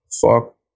fuck